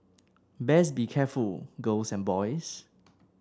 best be careful girls and boys